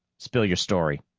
spill your story.